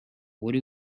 would